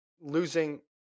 losing